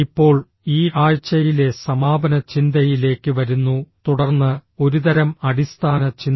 ഇപ്പോൾ ഈ ആഴ്ചയിലെ സമാപന ചിന്തയിലേക്ക് വരുന്നു തുടർന്ന് ഒരുതരം അടിസ്ഥാന ചിന്ത